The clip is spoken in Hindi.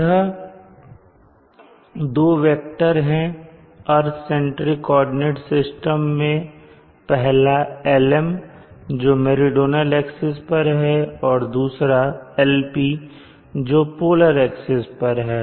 यहां दो वेक्टर हैं अर्थ सेंट्रिक कोऑर्डिनेट सिस्टम के पहला Lm जो मेरीडोनल एक्सिस पर है और दूसरा Lpजो पोलर एक्सिस पर है